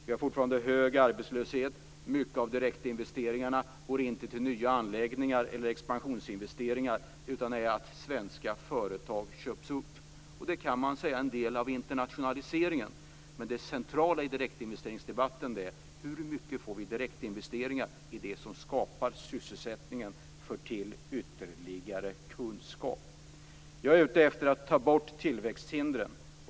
Vi har fortfarande hög arbetslöshet. Mycket av direktinvesteringarna går inte till nya anläggningar eller expansionsinvesteringar utan består i att svenska företag köps upp. Det är, kan man säga, en del av internationaliseringen. Men det centrala i direktinvesteringsdebatten är: Hur mycket direktinvesteringar i det som skapar sysselsättningen för till ytterligare kunskap? Jag är ute efter att ta bort tillväxthindren.